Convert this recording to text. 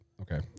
okay